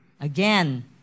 Again